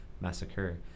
massacre